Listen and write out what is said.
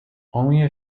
only